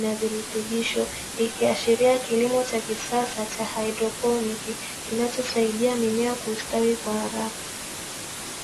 na virutubisho ikiashiria kilimo cha kisasa cha haidroponi kinachosaidia mimea kusatawi kwa haraka.